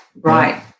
right